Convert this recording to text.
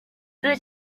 but